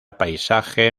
paisaje